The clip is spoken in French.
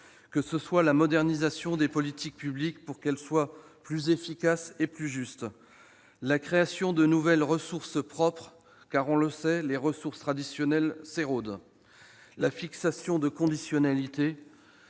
ministre : la modernisation des politiques, afin de les rendre plus efficaces et plus justes, la création de nouvelles ressources propres- on le sait, les ressources traditionnelles s'érodent -, la fixation de conditionnalités